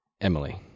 Emily